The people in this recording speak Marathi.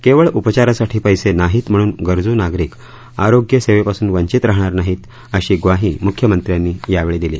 केवळ उपचारासाठी पैसे नाहीत हणून गरजू नाग रक आरो य सेवेपासून वंचित राहणार नाहीत अशी वाही मु यमं यांनी यावेळी दिली